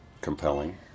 compelling